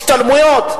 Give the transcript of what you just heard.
השתלמויות.